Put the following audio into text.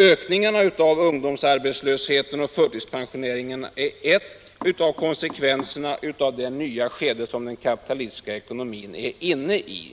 Ökningen av ungdomsarbetslösheten och förtidspensioneringen är en av konsekvenserna i det nya skede som den kapitalistiska ekonomin är inne i.